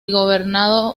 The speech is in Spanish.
gobernado